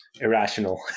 irrational